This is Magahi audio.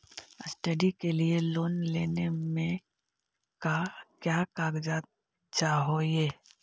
स्टडी के लिये लोन लेने मे का क्या कागजात चहोये?